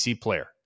player